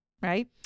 Right